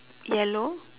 yellow